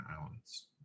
Islands